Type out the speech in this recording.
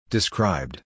Described